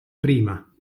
prima